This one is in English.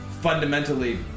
fundamentally